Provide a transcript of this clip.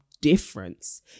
difference